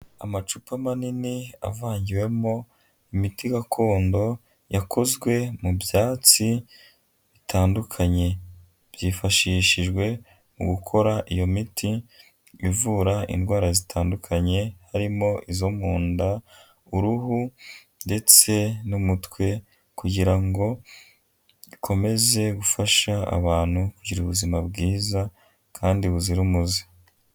Amacupa manini avangiwemo imiti gakondo yakozwe mu byatsi bitandukanye; byifashishijwe mu gukora iyo miti ivura indwara zitandukanye harimo izo mu nda uruhu ndetse n'umutwe kugira ngo ikomeze gufasha abantu kugira ubuzima bwiza kandi buzira umuze.